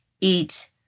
eat